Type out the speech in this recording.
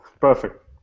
Perfect